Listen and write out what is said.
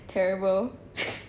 terrible